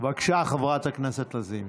בבקשה, חברת הכנסת לזימי.